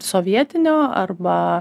sovietinio arba